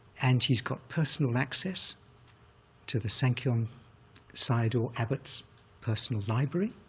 and he's got personal access to the sankyaung sayadaw abbot's personal library,